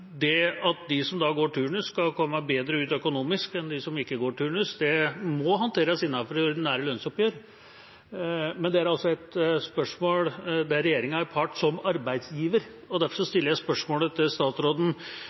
Det at de som går turnus, skal komme bedre ut økonomisk enn dem som ikke går turnus, må håndteres innenfor de ordinære lønnsoppgjørene, men det er altså et spørsmål der regjeringa er part som arbeidsgiver. Derfor stiller jeg spørsmålet til statsråden: